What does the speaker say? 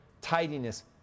tidiness